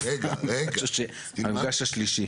דווקא המפגש השלישי.